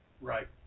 Right